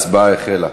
ההצבעה החלה.